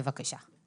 בבקשה.